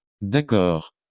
D'accord